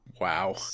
Wow